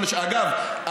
אגב,